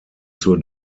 zur